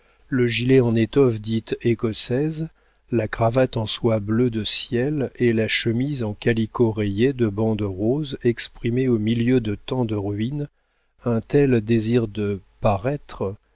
le gilet d'étoffe dite écossaise la cravate de soie bleu de ciel et la chemise de calicot rayé de bandes roses exprimaient au milieu de tant de ruines un tel désir de paraître